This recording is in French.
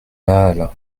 mal